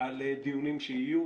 על דיונים שיהיו,